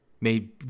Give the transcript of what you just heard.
made